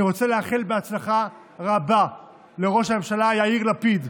אני רוצה לאחל הצלחה רבה לראש הממשלה יאיר לפיד,